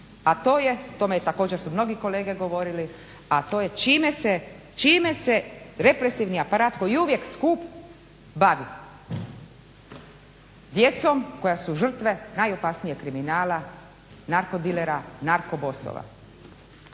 a to je o tome su također mnoge kolege govorili a to je čime se represivni aparat koji je uvijek skup bavi? Djecom koja su žrtve najopasnijeg kriminala, narkodilera, narkobosova.